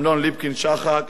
אמנון ליפקין-שחק.